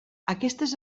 aquestes